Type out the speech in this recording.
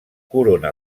corona